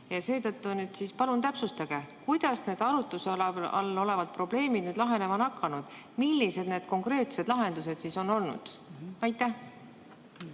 Seetõttu siis palun täpsustage, kuidas need arutluse all olevad probleemid nüüd lahenema on hakanud! Millised need konkreetsed lahendused siis on olnud? Tänan,